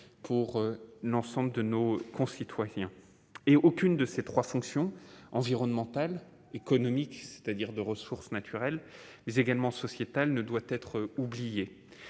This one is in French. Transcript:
pour l'ensemble de nos concitoyens et aucune de ces 3 fonctions environnementales économique, c'est-à-dire de ressources naturelles, mais également sociétale ne doit être oublié,